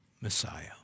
Messiah